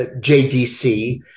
JDC